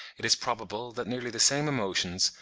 it is probable that nearly the same emotions,